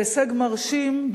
זה הישג מרשים,